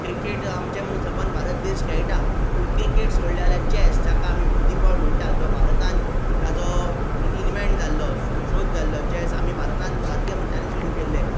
cricket आमचे म्हुणून सबंद भारत देश खेळटा पूण क्रिकेट सोडले आल्या चॅस जाका आमी बुद्दीबळ म्हणटा जो भारतान ताजो ईन इनवँट जाल्लो शोद जाल्लो चॅस आमी भारतान भारतीय मनशांनी सुरू केल्ले